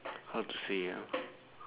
how to say ah